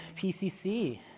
PCC